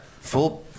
Full